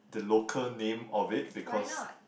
the local name of it because